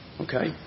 Okay